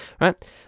right